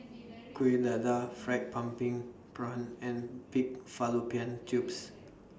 Kuih Dadar Fried Pumpkin Prawns and Pig Fallopian Tubes